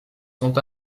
sont